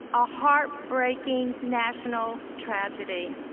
a heartbreaking national tragedy.